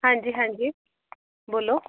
ਹਾਂਜੀ ਹਾਂਜੀ ਬੋਲੋ